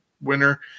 winner